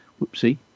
whoopsie